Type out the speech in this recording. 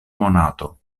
monato